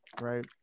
Right